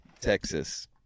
texas